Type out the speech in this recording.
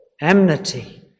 enmity